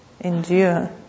endure